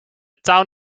town